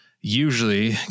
usually